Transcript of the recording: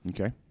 Okay